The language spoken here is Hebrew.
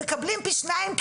מקבלים פי שניים,